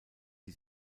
die